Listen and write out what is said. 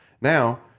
Now